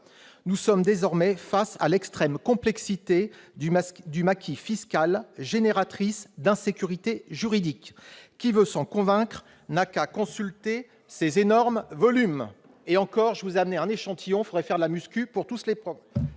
Nous sommes désormais face à l'extrême complexité du maquis fiscal, source d'insécurité juridique. Qui veut s'en convaincre n'a qu'à consulter ces énormes volumes ! Et encore : je n'en ai amené qu'un échantillon ; il faudrait faire de la musculation pour pouvoir tous